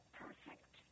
perfect